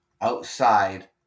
outside